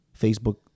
Facebook